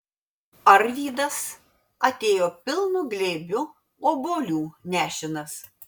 arvydas atėjo pilnu glėbiu obuolių nešinas